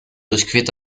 durchquert